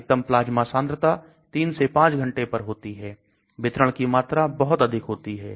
अधिकतम प्लाज्मा सांद्रता 3 से 5 घंटे पर होती है वितरण की मात्रा बहुत अधिक होती है